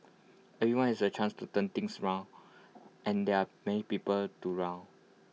everyone has A chance to turn things around and there are many people to round